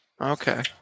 Okay